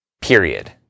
period